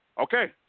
Okay